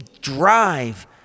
drive